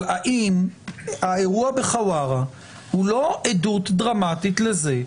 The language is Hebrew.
אבל האם האירוע בחווארה הוא לא עדות דרמטית לזה,